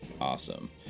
Awesome